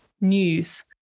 news